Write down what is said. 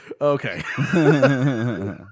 Okay